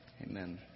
Amen